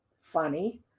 Funny